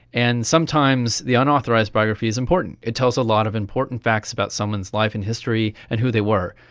and sometimes the unauthorised biography is important. it tells a lot of important facts about someone's life in history and who they were,